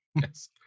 Yes